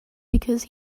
because